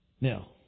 Now